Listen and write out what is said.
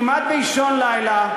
כמעט באישון לילה,